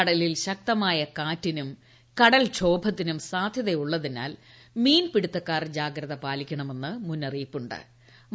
കടലിൽ ശക്തമായ കാറ്റിനും കടൽക്ഷോഭത്തിനും സാധ്യതയുള്ളതിനാൽ മീൻപിടുത്തക്കാർ ജാഗ്രത പാലിക്കണമെന്ന് മുന്നറിയിപ്പ് നൽകി